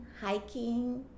hiking